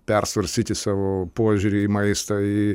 persvarstyti savo požiūrį į maistą į